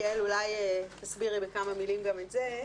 יעל, אולי תסבירי בכמה מילים גם את זה?